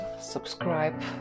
subscribe